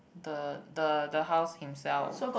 the the the house himself